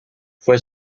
fue